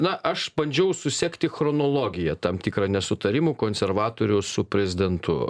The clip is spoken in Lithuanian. na aš bandžiau susekti chronologiją tam tikrą nesutarimų konservatorių su prezidentu